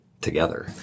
together